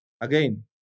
Again